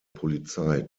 polizei